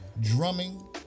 drumming